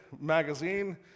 magazine